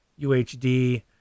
UHD